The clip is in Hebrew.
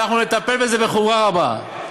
ואנחנו נטפל בזה בחומרה רבה.